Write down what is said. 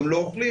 גם לא אוכלים,